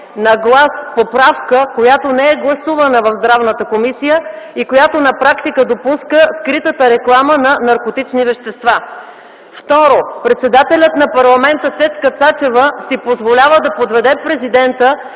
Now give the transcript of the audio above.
на глас поправка, която не е гласувана в Комисията по здравеопазване, и която на практика допуска скритата реклама на наркотични вещества. Второ, председателят на парламента Цецка Цачева си позволява да подведе президента